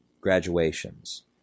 graduations